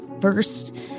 first